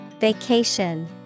Vacation